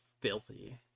filthy